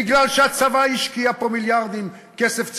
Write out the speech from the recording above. מפני שהצבא השקיע פה מיליארדים כסף ציבורי.